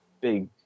big